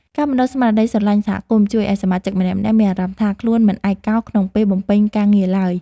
ការបណ្ដុះស្មារតីស្រឡាញ់សហគមន៍ជួយឱ្យសមាជិកម្នាក់ៗមានអារម្មណ៍ថា ខ្លួនមិនឯកោក្នុងពេលបំពេញការងារឡើយ។